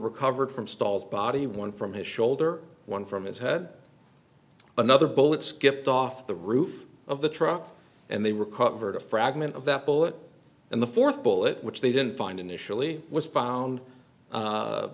recovered from stalls body one from his shoulder one from his head another bullet skipped off the roof of the truck and they recovered a fragment of that bullet and the fourth bullet which they didn't find initially was found